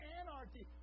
anarchy